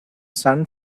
sun